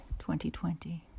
2020